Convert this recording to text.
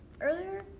earlier